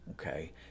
okay